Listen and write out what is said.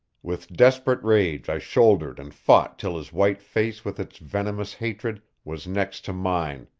with desperate rage i shouldered and fought till his white face with its venomous hatred was next to mine,